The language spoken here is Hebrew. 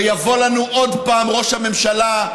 יבוא לנו עוד פעם ראש הממשלה,